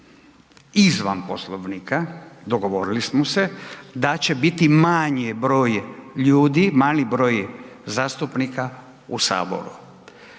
izvan Poslovnika, dogovorili smo se da će biti manji broj ljudi, mali broj zastupnika u Saboru.